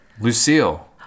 Lucille